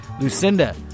Lucinda